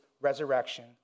resurrection